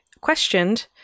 questioned